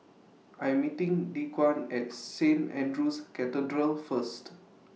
I'm meeting Dequan At Saint Andrew's Cathedral First